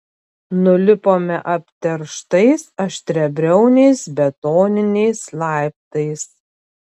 nulipome apterštais aštriabriauniais betoniniais laiptais